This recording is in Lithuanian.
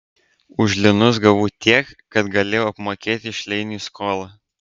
už linus gavau tiek kad galėjau apmokėti šleiniui skolą